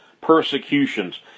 persecutions